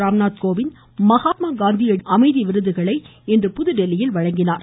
ராம்நாத் கோவிந்த் மகாத்மா காந்தி அமைதி விருதுகளை இன்று வழங்கினார்